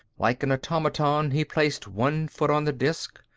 like an automaton he placed one foot on the disk.